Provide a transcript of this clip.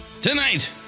Tonight